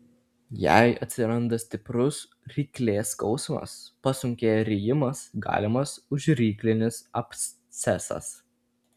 jei atsiranda stiprus ryklės skausmas pasunkėja rijimas galimas užryklinis abscesas